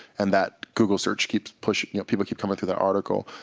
and that google search keeps push you know, people keep coming to that article.